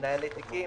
מנהלי תיקים,